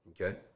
Okay